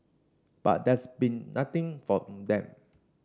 but there's been nothing from them